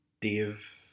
Dave